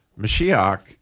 mashiach